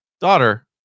daughter